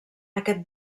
aquest